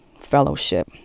fellowship